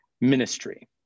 ministry